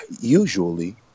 usually